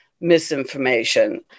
misinformation